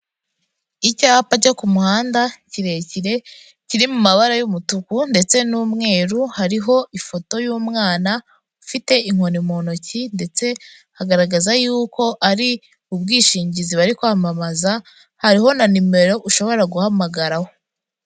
Icyapa cyo ku muhanda kirekire kiri mu mabara y'umutuku ndetse n'umweru, hariho ifoto y'umwana ufite inkoni mu ntoki ndetse hagaragaza yuko ari ubwishingizi bari kwamamaza, hariho na nimero ushobora guhamagararaho.